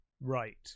Right